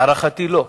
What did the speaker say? להערכתי לא.